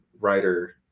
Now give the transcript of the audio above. writer